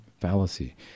fallacy